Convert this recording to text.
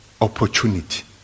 opportunity